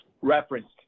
referenced